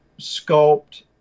Sculpt